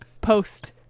post